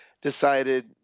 decided